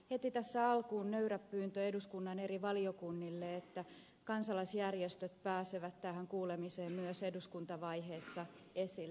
heti tässä alkuun nöyrä pyyntö eduskunnan eri valiokunnille että kansalaisjärjestöt pääsevät tähän kuulemiseen myös eduskuntavaiheessa esille